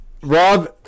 Rob